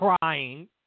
crying